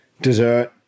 dessert